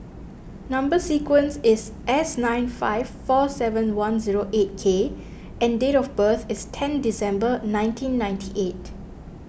Number Sequence is S nine five four seven one zero eight K and date of birth is ten December nineteen ninety eight